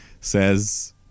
says